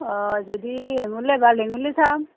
অঁ যদি হেঙুলে ভাল হেঙুলে চাম